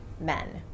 men